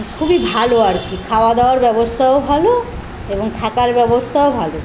খুবই ভালো আর কি খাওয়া দাওয়ার ব্যবস্তাও ভালো এবং থাকার ব্যবস্তাও ভালো